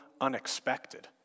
unexpected